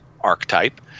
archetype